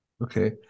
Okay